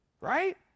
Right